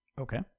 Okay